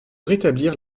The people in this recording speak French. rétablir